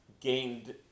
Gained